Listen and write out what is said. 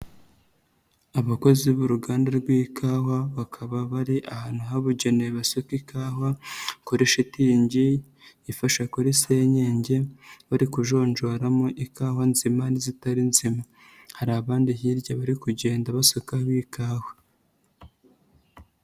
Abakozi b'uruganda rw'ikawa bakaba bari ahantu habugenewe basuka ikawa kuri shitingi ifasha kuri senyenge, bari kujonjoramo ikawa nzima n'izitari nzima, hari abandi hirya bari kugenda basukamo indi kawa.